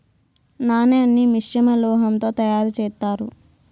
నాణాన్ని మిశ్రమ లోహం తో తయారు చేత్తారు